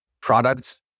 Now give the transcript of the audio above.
products